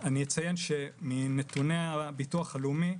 אציין שמנתוני הביטוח הלאומי,